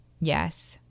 Yes